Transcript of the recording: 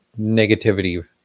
negativity